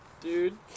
Dude